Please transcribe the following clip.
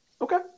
Okay